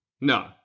No